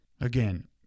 again